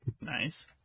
Nice